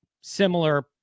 similar